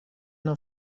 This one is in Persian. نوع